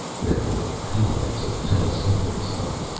there were comets of telescopic size,